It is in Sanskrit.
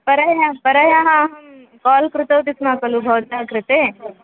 परह्यः परह्यः अहं काल् कृतवती स्म खलु भवतः कृते